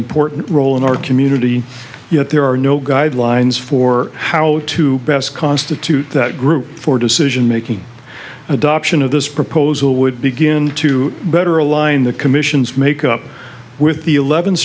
important role in our community yet there are no guidelines for how to best constitute that group for decision making adoption of this proposal would begin to better align the commission's make up with the eleven